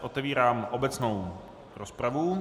Otevírám obecnou rozpravu.